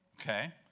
Okay